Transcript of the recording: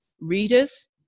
Readers